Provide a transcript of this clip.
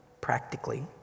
practically